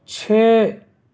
چھ